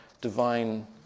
divine